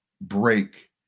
break